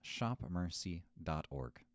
shopmercy.org